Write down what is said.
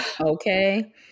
Okay